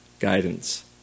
guidance